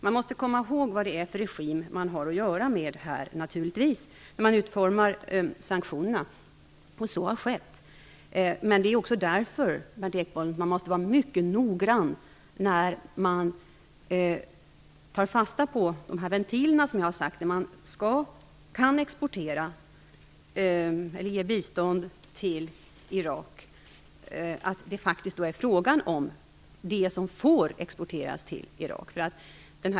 Man måste naturligtvis komma ihåg vad det är för en regim man har att göra med, när man utformar sanktionerna. Så har skett. Men därför, Berndt Ekholm, måste man vara mycket noggrann när man tar fasta på ventilerna, precis som jag har sagt. När man exporterar eller ger bistånd till Irak måste man se till att det faktiskt är fråga om det som får exporteras till Irak.